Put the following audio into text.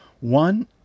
One